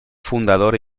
fundador